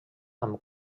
amb